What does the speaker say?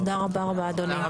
תודה רבה אדוני.